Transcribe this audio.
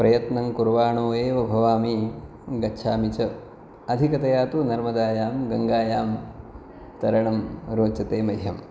प्रयत्नं कुर्वाणो एव भवामि गच्छामि च अधिकतया तु नर्मदायां गङ्गायां तरणं रोचते मह्यम्